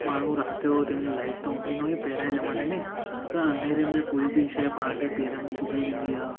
माण्हू राति जो तंहिंमहिल लाइट त हूंदी न हुई पहिरां जे जमाने में त अंधेरे में कोई बि शइ पाण खे पेर में चुभी वेंदी आहे